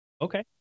okay